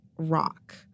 rock